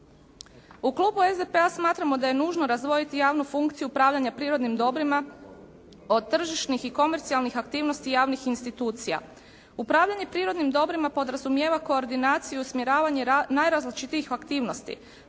U klubu SDP-a smatramo da je nužno razdvojiti javnu funkciju upravljanja prirodnim dobrima od tržišnih i komercijalnih aktivnosti javnih institucija. Upravljanje prirodnim dobrima podrazumijeva koordinaciju i usmjeravanje najrazličitijih aktivnosti